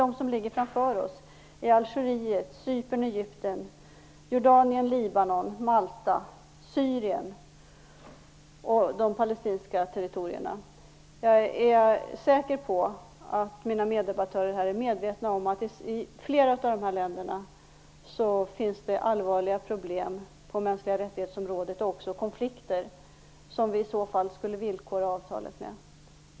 De som ligger framför oss är Algeriet, Cypern, Egypten, Jordanien, Libanon, Jag är säker på att mina meddebattörer här är medvetna om att det i flera av de här länderna finns allvarliga problem på de mänskliga rättigheternas område och också konflikter, som vi i så fall skulle villkora avtalet med.